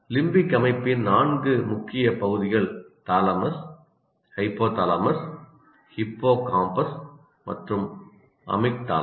limbic அமைப்பின் நான்கு முக்கிய பகுதிகள் தாலமஸ் ஹைபோதாலமஸ் ஹிப்போகாம்பஸ் மற்றும் அமிக்டாலா